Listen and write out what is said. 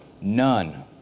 none